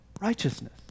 righteousness